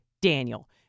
Daniel